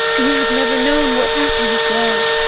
you have never known what happiness was,